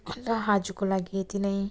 र आजको लागि यति नै